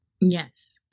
Yes